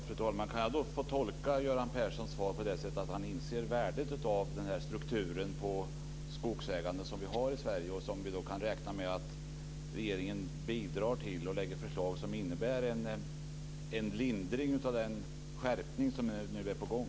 Fru talman! Kan jag då tolka Göran Perssons svar på det sättet att han inser värdet av den struktur på skogsägande som vi har i Sverige? Kan vi räkna med att regeringen bidrar till att behålla denna struktur genom att lägga fram förslag som innebär en lindring av den skärpning som nu är på gång?